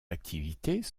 activités